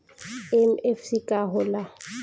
MFC का हो़ला?